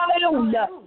hallelujah